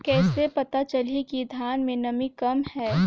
कइसे पता चलही कि धान मे नमी कम हे?